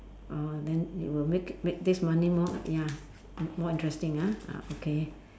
uh then it will make it make this money more ya more interesting ah ah okay